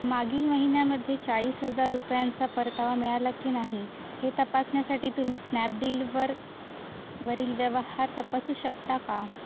मागील महिन्यामध्ये चाळीस हजार रुपयांचा परतावा मिळाला की नाही हे तपासण्यासाठी तुम्ही स्नॅपडीलवर वरील व्यवहार तपासू शकता का